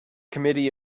committee